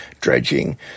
dredging